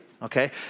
Okay